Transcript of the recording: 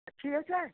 अच्छी है चाय